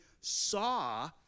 saw